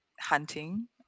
hunting